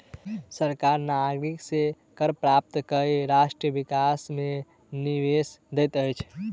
सरकार नागरिक से कर प्राप्त कय राष्ट्र विकास मे निवेश दैत अछि